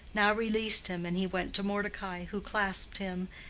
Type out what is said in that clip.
now released him, and he went to mordecai, who clasped him,